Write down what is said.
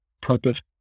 purpose